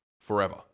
forever